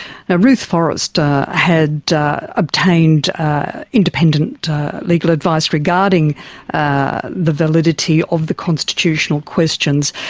ah ruth forrest had obtained independent legal advice regarding ah the validity of the constitutional questions.